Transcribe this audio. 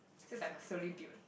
so it's like must slowly build